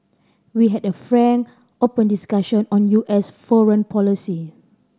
we had a frank open discussion on U S foreign policy